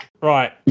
Right